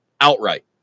outright